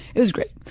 it was great.